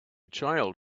child